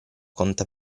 conta